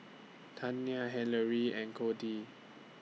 Tania Hillery and Codi